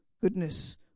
goodness